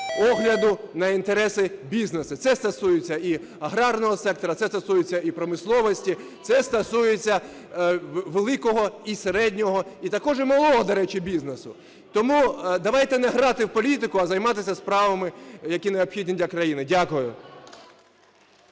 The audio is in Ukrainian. огляду на інтереси бізнесу. Це стосується і аграрного сектору, це стосується і промисловості, це стосується великого і середнього, і також і малого, до речі, бізнесу. Тому давайте не грати в політику, а займатися справами, які необхідні для країни. Дякую.